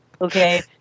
Okay